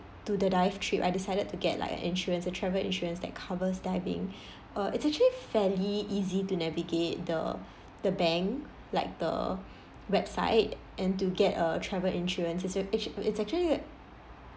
to the dive trip I decided to get like an insurance a travel insurance that covers diving uh it's actually fairly easy to navigate the the bank like the website and to get a travel insurance it's uh actua~ it's actually